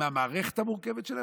עם המערכת המורכבת שלה?